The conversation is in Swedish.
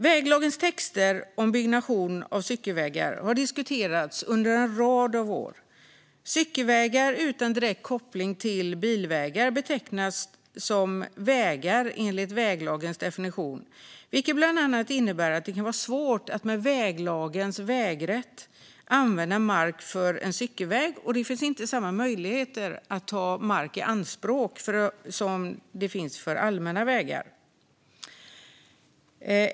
Väglagens texter om byggnation av cykelvägar har diskuterats under en rad av år. Cykelvägar utan direkt koppling till bilvägar betecknas inte som vägar enligt väglagens definition, vilket bland annat innebär att det kan vara svårt att med väglagens vägrätt använda mark för en cykelväg. Det finns heller inte samma möjligheter att ta mark i anspråk som det finns för allmänna vägar.